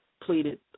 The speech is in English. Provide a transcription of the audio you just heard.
pleaded